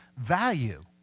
value